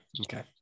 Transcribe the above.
Okay